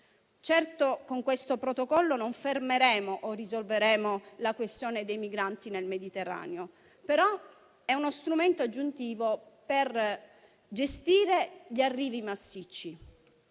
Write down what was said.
Certo, con questo protocollo non fermeremo o risolveremo la questione dei migranti nel Mediterraneo, però è uno strumento aggiuntivo per gestire gli arrivi massicci.